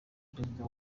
perezida